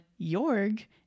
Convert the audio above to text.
Jorg